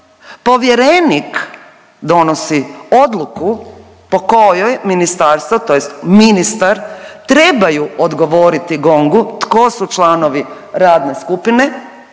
povjerenik donosi odluku po kojoj ministarstvo tj. ministar trebaju odgovoriti GONG-u tko su članovi radne skupine.